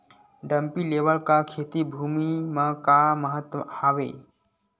Dumpy level का खेती भुमि म का महत्व हावे?